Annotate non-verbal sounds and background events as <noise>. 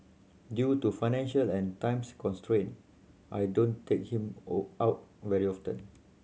due to financial and times constraint I don't take him <unintelligible> out very often